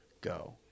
go